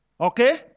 okay